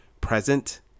present